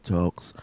Talks